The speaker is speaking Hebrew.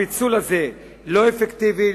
הפיצול הזה לא אפקטיבי,